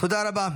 תודה רבה.